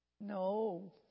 No